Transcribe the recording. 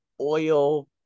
oil